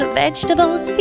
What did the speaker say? vegetables